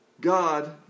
God